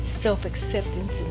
self-acceptance